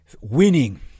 winning